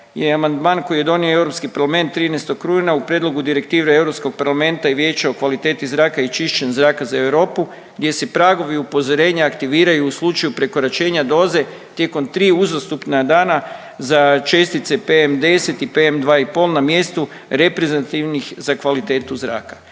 i amandman koji je donio Europski parlament 13. rujna u prijedlogu Direktive Europskog parlamenta i vijeća o kvaliteti zraka i čišćem zraka za Europu gdje se pragovi upozorenja aktiviraju u slučaju prekoračenja doze tijekom tri uzastopna dana za čestice PM10 i PM2,5 na mjestu reprezentativnih za kvalitetu zraka.